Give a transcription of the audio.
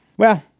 well,